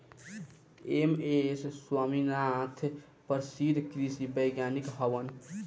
M S Swaminathan प्रसिद्ध कृषि वैज्ञानिक हवन